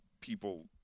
people